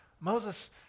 moses